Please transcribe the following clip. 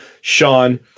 Sean